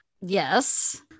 Yes